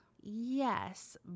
Yes